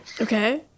Okay